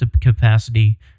capacity